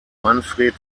manfred